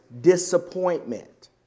disappointment